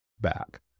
back